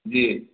جی